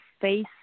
face